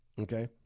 Okay